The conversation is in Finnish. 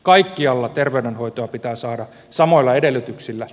kaikkialla terveydenhoitoa pitää saada samoilla edellytyksillä